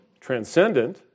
transcendent